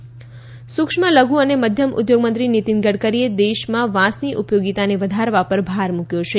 નિતિન ગડકરી સૂક્ષ્મ લધુ અને મધ્યમ ઉદ્યોગમંત્રી નિતિન ગડકરીએ દેશમાં વાંસના ઉપયોગને વધારવા પર ભાર મૂક્યો છે